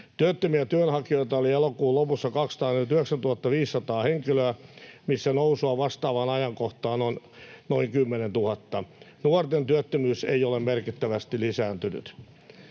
Työttömiä työnhakijoita oli elokuun lopussa 249 500 henkilöä, missä nousua vastaavaan ajankohtaan on noin 10 000. Nuorten työttömyys ei ole merkittävästi lisääntynyt.